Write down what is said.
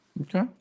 Okay